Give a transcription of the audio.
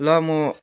ल म